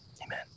Amen